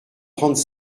trente